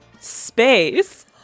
space